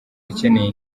akeneye